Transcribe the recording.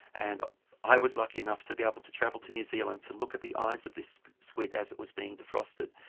and i was lucky enough to be able to travel to new zealand to look at the eyes of this squid as it was being defrosted.